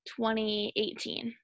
2018